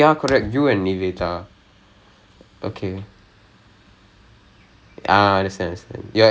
uh err ya so I'm taking care of writer's wing if that makes sense so